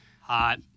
hot